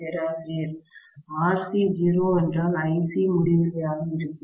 பேராசிரியர் RC 0 என்றால் IC முடிவிலியாக இருக்கும்